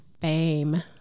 Fame